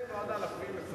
ועוד אלפים מסביב.